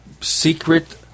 secret